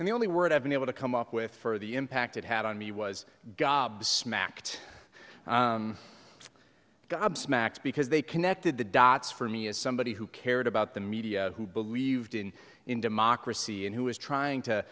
and the only word i've been able to come up with for the impact it had on me was gobsmacked gobsmacked because they connected the dots for me as somebody who cared about the media who believed in in democracy and who was trying to